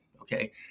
Okay